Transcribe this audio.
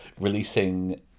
releasing